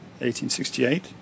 1868